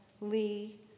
Lee